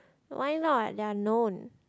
why not they are known